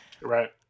Right